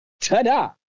Ta-da